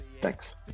Thanks